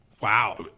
Wow